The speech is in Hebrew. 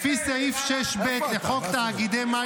לפי סעיף 6ב --- אמרת שלא תקשיב להם.